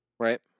Right